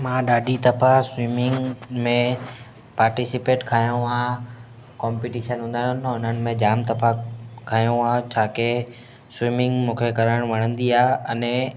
मां ॾाढी दफ़ा स्विमिंग में पार्टिसिपेट खयो आहे कॉम्पिटिशन हूंदा आहिनि न हुननि में जाम दफ़ा खयो आहे छोकी स्विमिंग मूंखे करणु वणंदी आहे अने